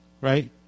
right